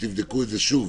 שתבדקו את זה שוב.